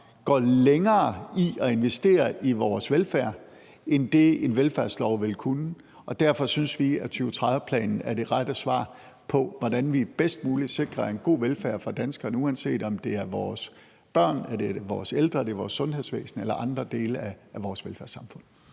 går længere i at investere i vores velfærd end det, en velfærdslov vil kunne. Derfor synes vi, 2030-planen er det rette svar på, hvordan vi bedst muligt sikrer en god velfærd for danskerne, uanset om det gælder vores børn, vores ældre, vores sundhedsvæsen eller andre dele af vores velfærdssamfund.